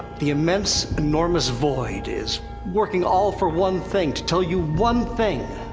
the immense, enormous void is working all for one thing, to tell you one thing.